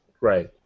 Right